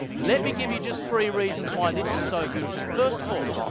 let me give you just three reasons why this is so beautiful. first of all,